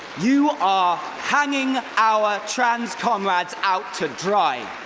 you are hanging our trans comrades out to dry.